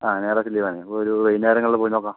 ആ ഞായറാഴ്ച്ച ലീവാണ് ഞാൻ അപ്പോൾ ഒരു വൈകുന്നേരങ്ങളിൽ പോയി നോക്കാം